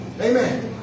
Amen